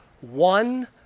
One